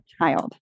child